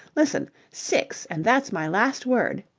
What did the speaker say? listen! six. and that's my last word.